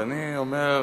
ואני אומר